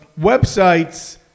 Websites